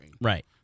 Right